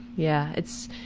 yeah. it's,